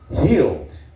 Healed